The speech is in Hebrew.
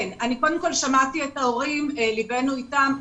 שמעתי את ההורים ולבנו אתם.